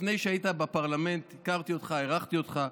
לפני שהיית בפרלמנט, הכרתי אותך, הערכתי אותך.